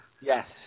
Yes